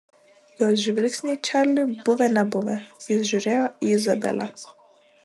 jos žvilgsniai čarliui buvę nebuvę jis žiūrėjo į izabelę